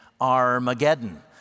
Armageddon